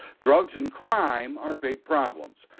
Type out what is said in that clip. drugs and crime are big problems.